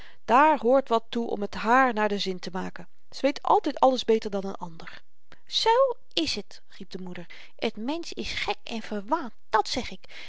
daar hoort wat toe om t hààr naar den zin te maken ze weet altyd alles beter dan n ander z is het riep de moeder t mensch is gek en verwaand dat zeg ik